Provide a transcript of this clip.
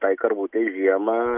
tai karvutei žiemą